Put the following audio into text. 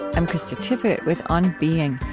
i'm krista tippett with on being,